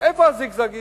איפה הזיגזגים?